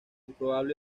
probable